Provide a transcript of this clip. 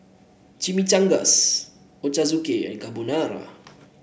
Chimichangas Ochazuke and Carbonara